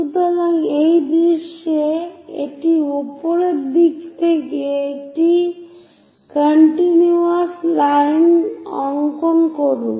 সুতরাং এই দৃশ্যে এটি উপরের দিক থেকে একটি কন্টিনুয়াস লাইন অংকন করুন